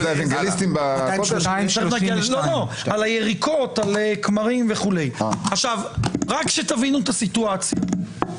232. רק כדי שתבינו את הסיטואציה: